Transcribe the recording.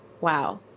wow